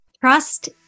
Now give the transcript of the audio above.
Trust